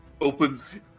Opens